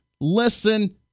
listen